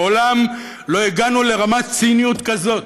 מעולם לא הגענו לרמת ציניות כזאת.